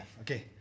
Okay